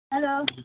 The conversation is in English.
Hello